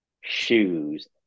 shoes